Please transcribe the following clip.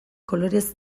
kolorez